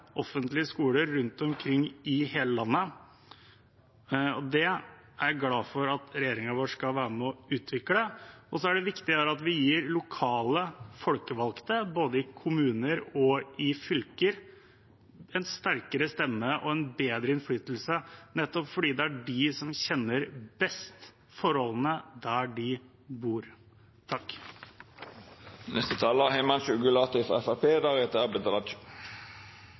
offentlige skoler rundt omkring i hele landet. Det er jeg glad for at regjeringen vår skal være med og utvikle. Så er det viktig her at vi gir lokale folkevalgte i både kommuner og fylker en sterkere stemme og bedre innflytelse, nettopp fordi det er de som kjenner best forholdene der de bor.